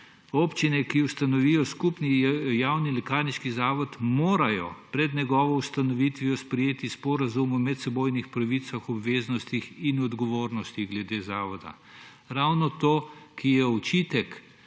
Občine, ki ustanovijo skupni javni lekarniški zavod, morajo pred njegovo ustanovitvijo sprejeti sporazum o medsebojnih pravicah, obveznostih in odgovornostih glede zavoda. Ravno to, ki je očitek,